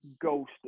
ghost